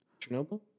Chernobyl